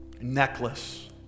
necklace